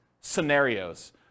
scenarios